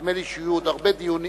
נדמה לי שיהיו עוד הרבה דיונים